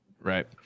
right